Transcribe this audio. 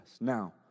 Now